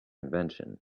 invention